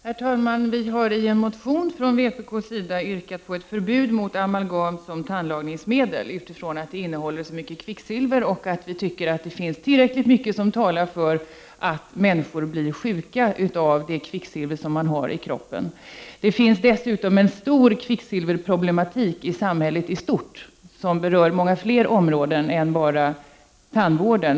Herr talman! Vpk har i en motion yrkat på ett förbud mot amalgam som tandlagningsmedel, detta utifrån att det innehåller så mycket kvicksilver och utifrån att vi anser att det finns tillräckligt mycket som talar för att människor blir sjuka av det kvicksilver man har i kroppen. Det finns dessutom många problem kring förekomsten av kvicksilver i samhället i stort, alltså på många fler områden än bara inom tandvården.